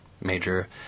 major